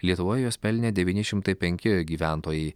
lietuvoj juos pelnė devyni šimtai penki gyventojai